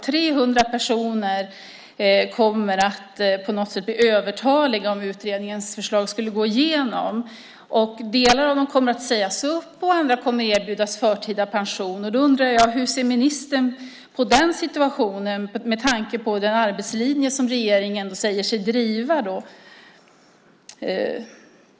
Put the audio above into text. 300 personer kommer att på något sätt bli övertaliga om utredningens förslag skulle gå igenom. En del av dem kommer att sägas upp och andra kommer att erbjudas förtida pension. Då undrar jag: Hur ser ministern på den situationen, med tanke på den arbetslinje regeringen säger sig driva?